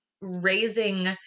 raising